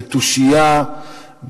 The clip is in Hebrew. בתושייה,